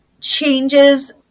changes